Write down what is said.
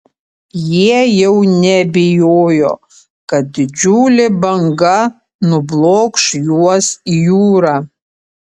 jie jau nebijojo kad didžiulė banga nublokš juos į jūrą